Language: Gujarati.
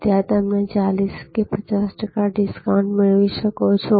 ત્યાં તમને 40 કે 50 ડિસ્કાઉંટ મેળવી શકો છો